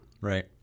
Right